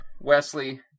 Wesley